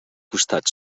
costat